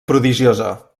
prodigiosa